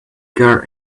car